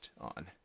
on